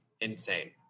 insane